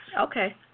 Okay